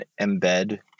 embed